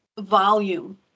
volume